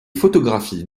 photographies